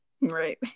right